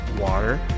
water